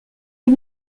les